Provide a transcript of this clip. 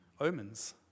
omens